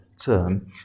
term